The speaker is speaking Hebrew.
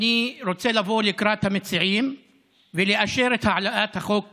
אני רוצה לבוא לקראת המציעים ולאשר את העלאת החוק שלכם,